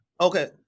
okay